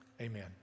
Amen